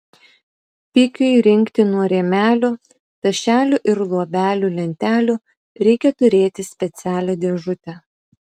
pikiui rinkti nuo rėmelių tašelių ir luobelių lentelių reikia turėti specialią dėžutę